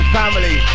family